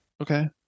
Okay